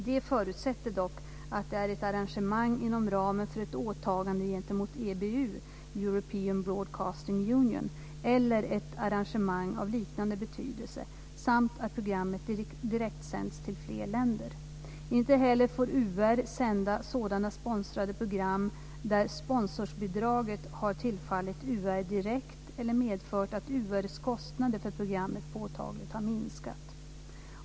Det förutsätter dock att det är ett arrangemang inom ramen för ett åtagande gentemot EBU, European Broadcasting Union, eller ett arrangemang av liknande betydelse samt att programmet direktsänds till fler länder. Inte heller UR får sända sådana sponsrade program där sponsorsbidraget har tillfallit UR direkt eller medfört att UR:s kostnader för programmet påtagligt har minskat.